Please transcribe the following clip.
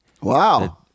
Wow